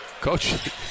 Coach